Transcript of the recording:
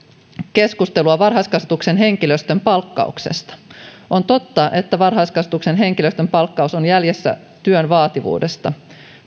keskustelua varhaiskasvatuksen henkilöstön palkkauksesta on totta että varhaiskasvatuksen henkilöstön palkkaus on jäljessä työn vaativuudesta